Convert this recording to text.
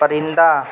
پرندہ